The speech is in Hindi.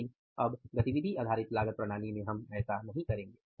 लेकिन अब हम ऐसा नहीं करेंगे